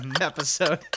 episode